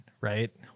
right